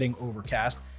Overcast